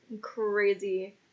crazy